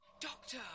Doctor